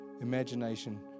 imagination